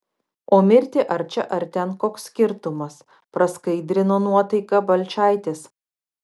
o mirti ar čia ar ten koks skirtumas praskaidrino nuotaiką balčaitis